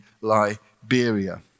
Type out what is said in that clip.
Liberia